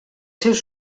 seus